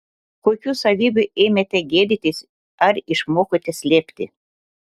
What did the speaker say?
kokių savybių ėmėte gėdytis ar išmokote slėpti